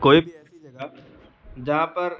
कोई भी ऐसी जगह जहाँ पर